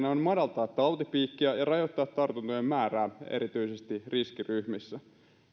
on madaltaa tautipiikkiä ja rajoittaa tartuntojen määrää erityisesti riskiryhmissä